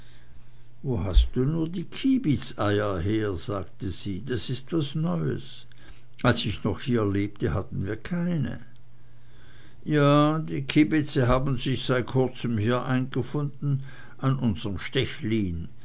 wo hast du nur die kiebitzeier her sagte sie das ist was neues als ich noch hier lebte hatten wir keine ja die kiebitze haben sich seit kurzem hier eingefunden an unserm stechlin